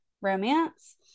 romance